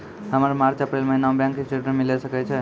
हमर मार्च अप्रैल महीना के बैंक स्टेटमेंट मिले सकय छै?